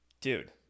Dude